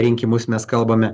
rinkimus mes kalbame